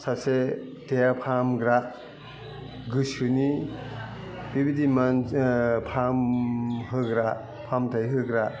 सासे देहा फाहामग्रा गोसोनि बेबायदि फाहामहोग्रा फाहामथाय होग्रा